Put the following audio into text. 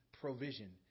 provision